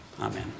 Amen